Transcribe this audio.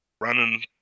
running